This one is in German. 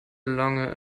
lange